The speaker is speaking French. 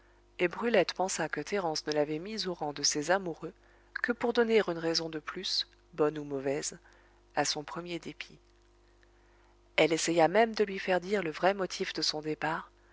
et brulette pensa que thérence ne l'avait mis au rang de ses amoureux que pour donner une raison de plus bonne ou mauvaise à son premier dépit elle essaya même de lui faire dire le vrai motif de son départ